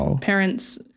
parents